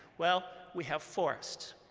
well, we have forests.